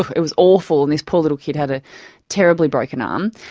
it was awful, and this poor little kid had a terribly broken um